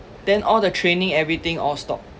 then all the training everything all stop